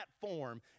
platform